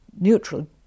neutral